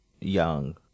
young